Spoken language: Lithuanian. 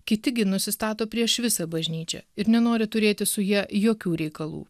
kiti gi nusistato prieš visą bažnyčią ir nenori turėti su ja jokių reikalų